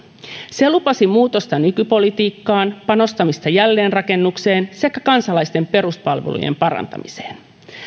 se lupasi muutosta nykypolitiikkaan panostamista jälleenrakennukseen sekä kansalaisten peruspalvelujen parantamiseen